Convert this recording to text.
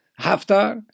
Haftar